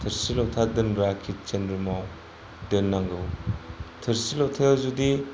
थोरसि लथा दोनग्रा किटसेन रुम आव दोननांगौ थोरसि लथायाव जुदि